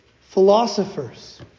philosophers